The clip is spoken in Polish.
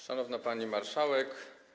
Szanowna Pani Marszałek!